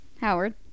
Howard